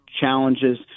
challenges